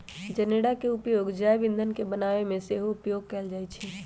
जनेरा के उपयोग जैव ईंधन के बनाबे में सेहो उपयोग कएल जाइ छइ